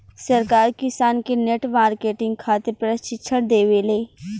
सरकार किसान के नेट मार्केटिंग खातिर प्रक्षिक्षण देबेले?